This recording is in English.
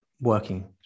working